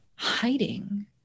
hiding